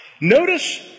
Notice